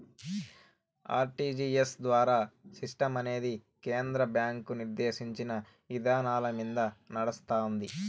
RTGS ద్వారా సిస్టమనేది కేంద్ర బ్యాంకు నిర్దేశించిన ఇదానాలమింద నడస్తాంది